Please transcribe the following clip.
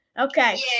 Okay